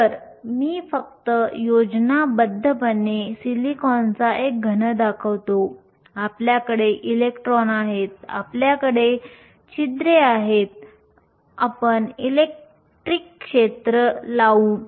तर मी फक्त योजनाबद्धपणे सिलिकॉनचा एक घन दाखवतो आपल्याकडे इलेक्ट्रॉन आहेत आपल्याकडे छिद्रे आहेत आपण इलेक्ट्रिक क्षेत्र लावू